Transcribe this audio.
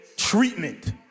treatment